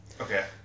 Okay